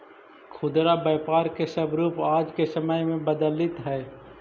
खुदरा व्यापार के स्वरूप आज के समय में बदलित हइ